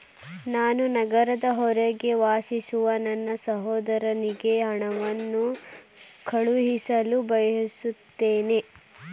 ನಾನು ನಗರದ ಹೊರಗೆ ವಾಸಿಸುವ ನನ್ನ ಸಹೋದರನಿಗೆ ಹಣವನ್ನು ಕಳುಹಿಸಲು ಬಯಸುತ್ತೇನೆ